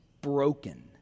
broken